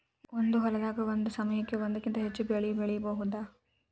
ಒಂದ ಹೊಲದಾಗ ಒಂದ ಸಮಯಕ್ಕ ಒಂದಕ್ಕಿಂತ ಹೆಚ್ಚ ಬೆಳಿ ಬೆಳಿಯುದು